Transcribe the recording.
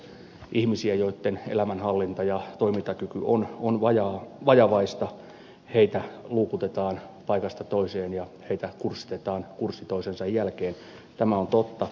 ihmisiä joitten elämänhallinta ja toimintakyky on vajavaista luukutetaan paikasta toiseen ja heitä kurssitetaan kurssi toisensa jälkeen tämä on totta